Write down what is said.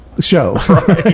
Show